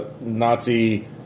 Nazi